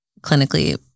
clinically